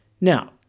Now